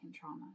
trauma